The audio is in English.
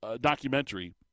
documentary